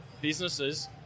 businesses